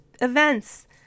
events